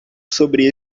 sobre